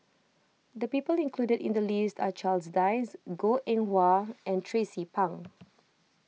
the people included in the list are Charles Dyce Goh Eng Wah and Tracie Pang